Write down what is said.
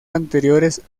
anteriores